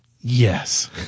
yes